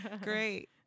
great